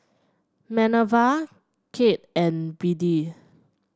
Minerva Kade and Biddie